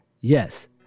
yes